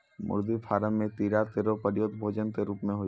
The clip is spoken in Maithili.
मुर्गी फार्म म कीड़ा केरो प्रयोग भोजन क रूप म होय छै